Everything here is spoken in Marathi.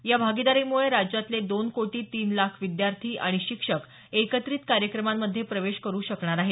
या भागिदारीमुळे राज्यातले दोन कोटी तीन लाख विद्यार्थी आणि शिक्षक एकत्रित कार्यक्रमांमध्ये प्रवेश करु शकणार आहेत